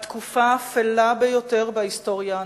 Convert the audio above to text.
התקופה האפלה ביותר בהיסטוריה האנושית.